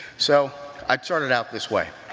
so i started out this way.